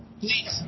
Please